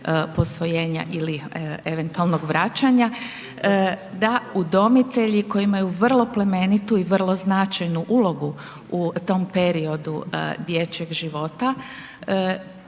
posvojenja ili eventualnog vraćanja, da udomitelji koji imaju vrlo plemenitu i vrlo značajnu ulogu u tom periodu dječjeg života